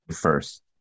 first